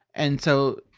and so,